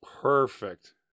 Perfect